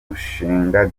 mushinga